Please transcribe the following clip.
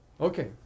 Okay